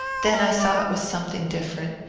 then i saw it was something different.